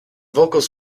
vocals